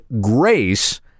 grace